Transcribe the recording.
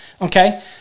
okay